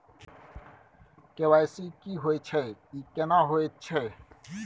KYC की होय छै, ई केना होयत छै?